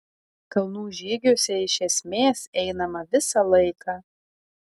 kalnų žygiuose iš esmės einama visą laiką